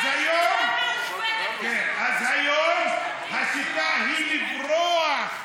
אז היום השיטה היא לברוח.